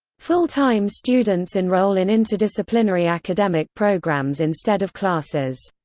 full-time students enroll in interdisciplinary academic programs instead of classes.